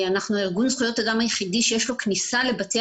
אנחנו ארגון זכויות אדם היחידי שיש לו כניסה לבתי